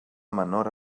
menor